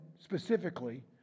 specifically